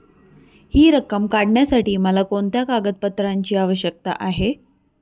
हि रक्कम काढण्यासाठी मला कोणत्या कागदपत्रांची आवश्यकता आहे?